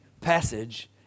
passage